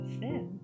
sin